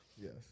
Yes